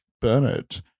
Bernard